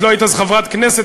את לא היית אז חברת כנסת,